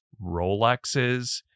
Rolexes